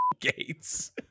gates